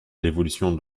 l’évolution